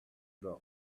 were